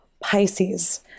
Pisces